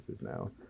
now